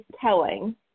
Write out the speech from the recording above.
telling